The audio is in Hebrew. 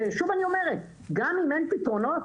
שוב אני אומרת שגם אם אין פתרונות,